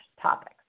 topics